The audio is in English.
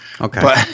Okay